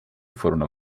furono